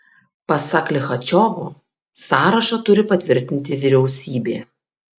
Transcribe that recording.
pasak lichačiovo sąrašą turi patvirtinti vyriausybė